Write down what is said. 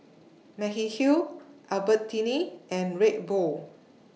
Mediheal Albertini and Red Bull